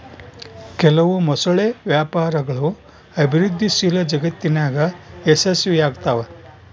ಕೆಲವು ಮೊಸಳೆ ವ್ಯಾಪಾರಗಳು ಅಭಿವೃದ್ಧಿಶೀಲ ಜಗತ್ತಿನಾಗ ಯಶಸ್ವಿಯಾಗ್ತವ